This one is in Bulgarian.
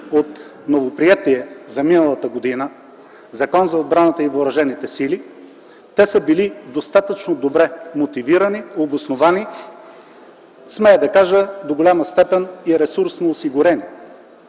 от новоприетия за миналата година Закон за отбраната и въоръжените сили, те са били достатъчно добре мотивирани, обосновани, смея да кажа, до голяма степен и ресурсно осигурени.